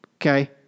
Okay